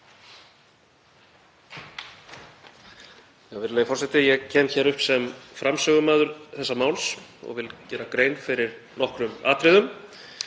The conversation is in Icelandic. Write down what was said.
Ég kem hér upp sem framsögumaður þessa máls og vil gera grein fyrir nokkrum atriðum.